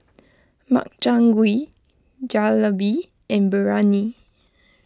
Makchang Gui Jalebi and Biryani